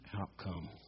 outcome